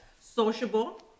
sociable